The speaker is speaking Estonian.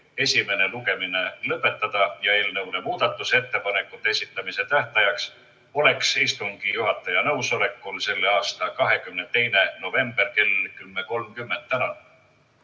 esimene lugemine lõpetada. Muudatusettepanekute esitamise tähtajaks oleks istungi juhataja nõusolekul selle aasta 22. november kell 10.30. Tänan!